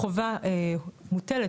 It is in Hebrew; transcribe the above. החובה מוטלת,